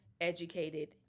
educated